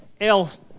else